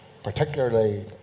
Particularly